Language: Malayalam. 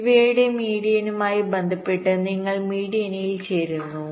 ഇവയുടെ മീഡിയനുമായി ബന്ധപ്പെട്ട് നിങ്ങൾ ഈ മീഡിയനിൽ ചേരുന്നു 2